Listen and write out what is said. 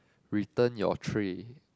return your tray